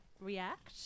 react